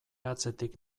atzetik